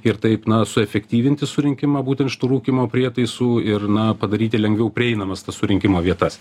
ir taip na suefektyvinti surinkimą būtent šitų rūkymo prietaisų ir na padaryti lengviau prieinamas tas surinkimo vietas